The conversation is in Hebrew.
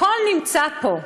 הכול נמצא פה.